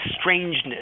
strangeness